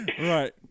Right